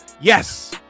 Yes